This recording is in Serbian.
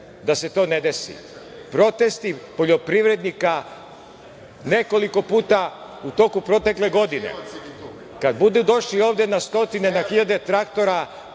da se to ne desi. Protesti poljoprivrednika nekoliko puta u toku protekle godine. Kad budu došli ovde na stotine, na hiljade traktora,